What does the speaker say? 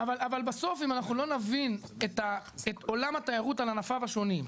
אבל בסוף אם אנחנו לא נבין את עולם התיירות על ענפיו השונים,